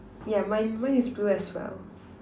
yeah mine mine is blue as well